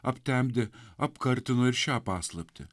aptemdė apkartino ir šią paslaptį